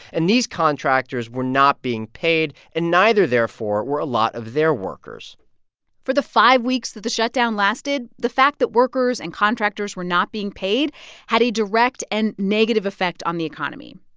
and these contractors were not being paid, and neither, therefore, were a lot of their workers for the five weeks that the shutdown lasted, the fact that workers and contractors were not being paid had a direct and negative effect on the economy.